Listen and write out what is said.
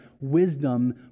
wisdom